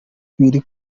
biri